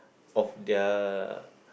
of the